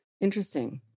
Interesting